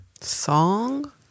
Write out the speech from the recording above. Song